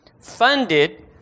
funded